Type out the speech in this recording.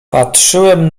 patrzyłem